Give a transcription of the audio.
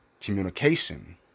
communication